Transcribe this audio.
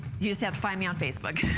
you just have to find me on facebook.